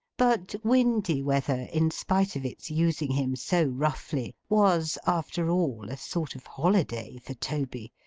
but, windy weather, in spite of its using him so roughly, was, after all, a sort of holiday for toby.